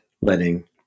letting